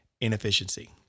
inefficiency